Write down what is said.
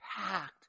packed